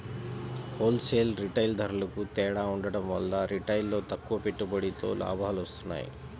whole sale, retail ధరలకూ తేడా ఉండటం వల్ల రిటైల్లో తక్కువ పెట్టుబడితో లాభాలొత్తన్నాయి